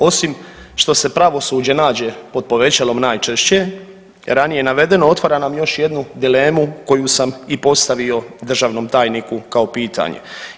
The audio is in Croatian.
Osim što se pravosuđe nađe pod povećalom najčešće ranije navedeno otvara nam još jednu dilemu koju sam i postavio državnom tajniku kao pitanje.